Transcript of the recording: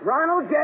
Ronald